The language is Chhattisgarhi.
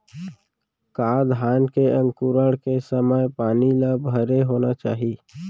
का धान के अंकुरण के समय पानी ल भरे होना चाही?